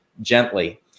gently